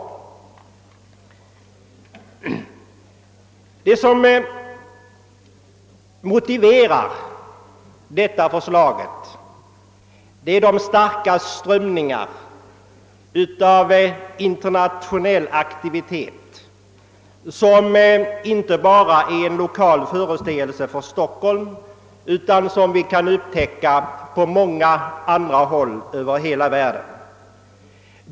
Det som motiverar detta förslag är de starka strömningar av internationell aktivitet som alltså inte bara är en lokal företeelse för Stockholm utan som vi kan upptäcka på många andra håll över hela världen.